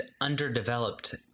underdeveloped